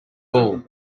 ball